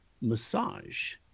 massage